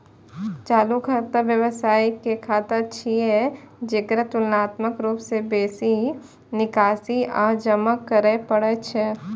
चालू खाता व्यवसायी के खाता छियै, जेकरा तुलनात्मक रूप सं बेसी निकासी आ जमा करै पड़ै छै